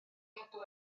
cadw